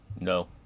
no